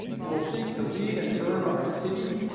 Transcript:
who will seek to lead and serve our city,